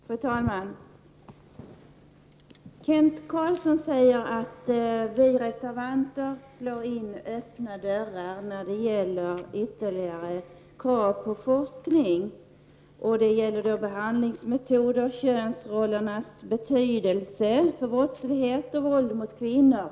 Fru talman! Kent Carlsson säger att vi reservanter slår in öppna dörrar när vi ställer ytterligare krav på forskning. Vi har bl.a. reserverat oss till förmån för forskning om behandlingsmetoder, könsrollernas betydelse för brottslighet och våld mot kvinnor.